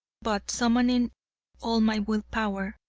but, summoning all my will power,